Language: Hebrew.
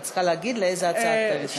את צריכה להגיד לאיזה הצעה את מתנגדת.